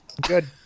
Good